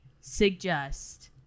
suggest